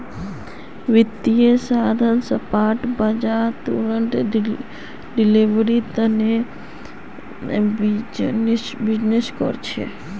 वित्तीय साधन स्पॉट बाजारत तुरंत डिलीवरीर तने बीजनिस् कर छे